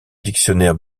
dictionnaires